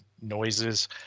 noises